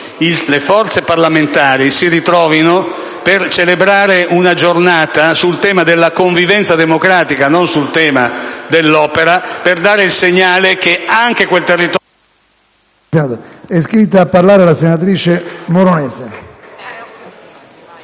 le forze parlamentari si ritrovino lì per celebrare una giornata sul tema della convivenza democratica, non sul tema dell'opera, per dare il segnale... *(Il microfono